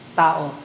tao